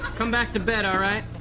come back to bed. all right?